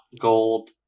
Gold